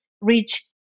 reach